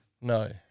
No